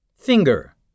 Finger